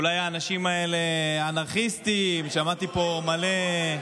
אולי האנשים האלה אנרכיסטים, שמעתי פה מלא.